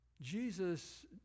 Jesus